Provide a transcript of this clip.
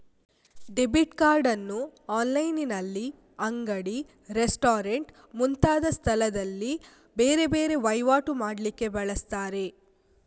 debit card ಅನ್ನು ಆನ್ಲೈನಿನಲ್ಲಿ, ಅಂಗಡಿ, ರೆಸ್ಟೋರೆಂಟ್ ಮುಂತಾದ ಸ್ಥಳದಲ್ಲಿ ಬೇರೆ ಬೇರೆ ವೈವಾಟು ಮಾಡ್ಲಿಕ್ಕೆ ಬಳಸ್ತಾರೆ